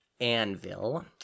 Anvil